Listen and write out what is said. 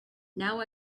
now